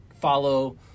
follow